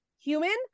human